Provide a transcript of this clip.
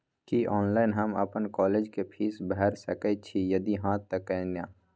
की online हम अपन college के फीस भैर सके छि यदि हाँ त केना?